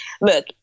look